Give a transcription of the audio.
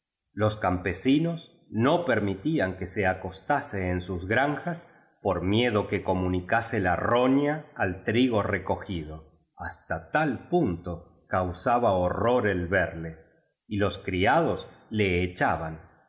los campesinos no permitían que se acostase en sus granjas por miedo que comunicase la roña al trigo recogido hasta tal punto causaba horror el verle y los criados le echaban